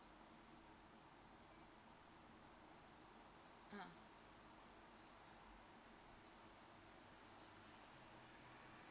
ah